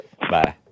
Bye